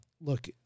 look